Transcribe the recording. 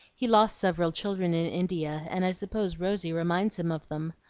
he lost several children in india and i suppose rosy reminds him of them.